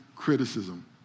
criticism